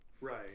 Right